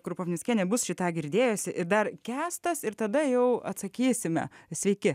krupovnickienė bus šį tą girdėjusi ir dar kęstas ir tada jau atsakysime sveiki